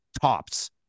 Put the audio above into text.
tops